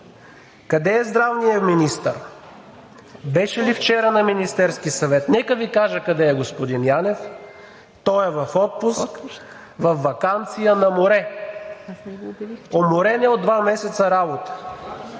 Къде е здравният министър? Беше ли вчера на Министерския съвет? Нека да Ви кажа къде е, господин Янев. Той е в отпуск, във ваканция – на море. Уморен е от два месеца работа.